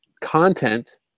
content